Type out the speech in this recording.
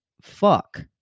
fuck